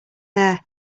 there